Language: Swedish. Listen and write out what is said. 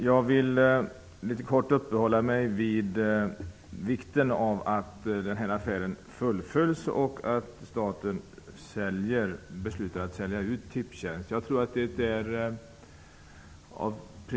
Herr talman! Jag skall kort uppehålla mig vid vikten av att denna affär fullföljs, dvs. att staten beslutar att sälja ut Tipstjänst.